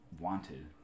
wanted